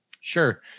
Sure